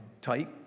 tight